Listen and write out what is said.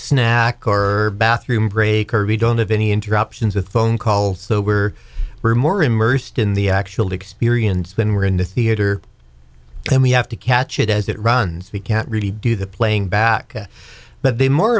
snack or bathroom break or we don't have any interruptions with phone call so we're more immersed in the actual experience than we are in the theater and we have to catch it as it runs we can't really do the playing back but the more impor